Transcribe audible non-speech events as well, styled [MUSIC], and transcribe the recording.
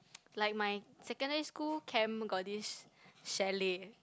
[NOISE] like my secondary school camp got this chalet